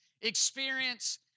experience